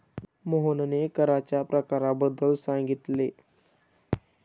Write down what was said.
मोहनने कराच्या प्रकारांबद्दल सांगितले